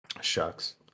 Shucks